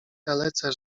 dalece